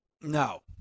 No